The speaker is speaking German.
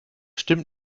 stimmt